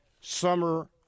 summer